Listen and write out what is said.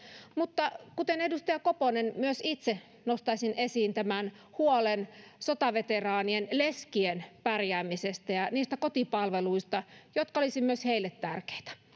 mutta kuten edustaja koponen myös itse nostaisin esiin tämän huolen sotaveteraanien leskien pärjäämisestä ja niistä kotipalveluista jotka olisivat myös heille tärkeitä kuin myös kuntoutustoiminnasta